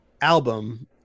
album